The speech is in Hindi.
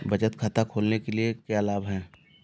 बचत खाता खोलने के क्या लाभ हैं?